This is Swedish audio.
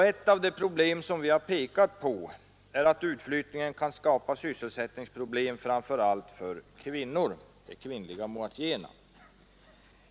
Ett av de problem vi har pekat på är att utflyttningen kan skapa nya sysselsättningsproblem, framför allt för kvinnorna, de kvinnliga moatjéerna.